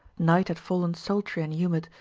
night had fallen sultry and humid,